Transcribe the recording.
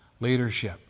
leadership